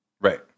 Right